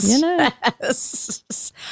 Yes